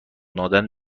دادن